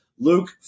Luke